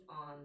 on